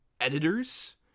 editors